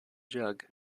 jug